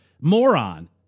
moron